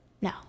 No